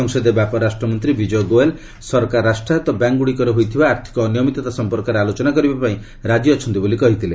ସଂସଦୀୟ ବ୍ୟାପାର ରାଷ୍ଟ୍ରମନ୍ତ୍ରୀ ବିଜୟ ଗୋଏଲ୍ ସରକାର ରାଷ୍ଟ୍ରାୟତ ବ୍ୟାଙ୍କ୍ଗୁଡ଼ିକରେ ହୋଇଥିବା ଆର୍ଥିକ ଅନିୟମିତତା ସମ୍ପର୍କରେ ଆଲୋଚନା କରିବା ପାଇଁ ରାଜି ଅଛନ୍ତି ବୋଲି କହିଥିଲେ